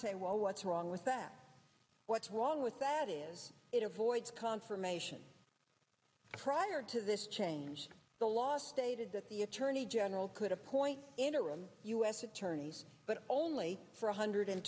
say well what's wrong with that what's wrong with that is it avoids confirmation prior to this change the law stated that the attorney general could appoint interim u s attorneys but only for one hundred